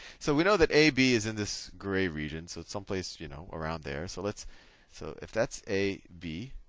so we know that a, b is in this grey region, so it's some place you know around there. so so if that's a, b,